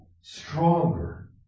stronger